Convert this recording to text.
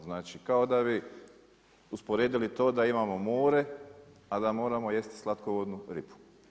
Znači kao da bi usporedili to da imamo more, a da moramo jesti slatkovodnu ribu.